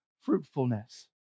fruitfulness